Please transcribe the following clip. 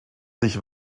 sich